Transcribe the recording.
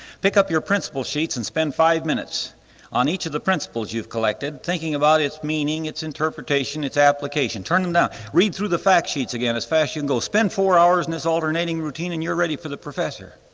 pick up your principle sheets and spend five minutes on each of the principles you've collected thinking about its meaning, its interpretation, its application turn them down. read through the fact sheets again as fast you can go. spend four hours in this alternating routine and you're ready for the professor.